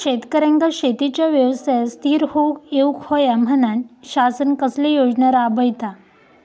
शेतकऱ्यांका शेतीच्या व्यवसायात स्थिर होवुक येऊक होया म्हणान शासन कसले योजना राबयता?